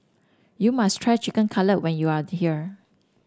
you must try Chicken Cutlet when you are here